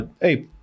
Hey